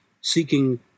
seeking